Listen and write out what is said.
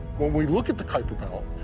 when we look at the kuiper belt,